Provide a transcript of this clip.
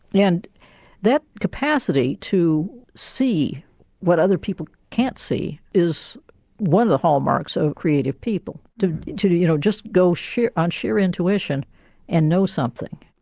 yeah and that capacity to see what other people can't see is one of the hallmarks of creative people. to to you know just go on sheer intuition and know something.